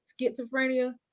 schizophrenia